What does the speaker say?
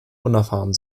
unerfahren